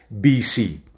BC